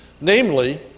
namely